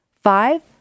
Five